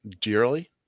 dearly